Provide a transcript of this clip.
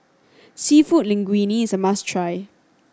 Seafood Linguine is a must try